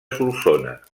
solsona